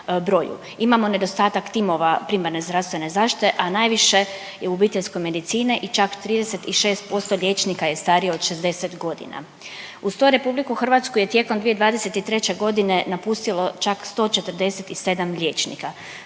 Imamo nedostatak timova primarne zdravstvene zaštite, a najviše je u obiteljske medicine i čak 36% liječnika je starije od 60.g.. Uz to RH je tijekom 2023.g. napustilo čak 147 liječnika,